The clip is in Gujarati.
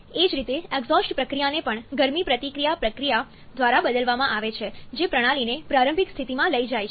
એ જ રીતે એક્ઝોસ્ટ પ્રક્રિયાને પણ ગરમી પ્રતિક્રિયા પ્રક્રિયા દ્વારા બદલવામાં આવે છે જે પ્રણાલીને પ્રારંભિક સ્થિતિમાં લઈ જાય છે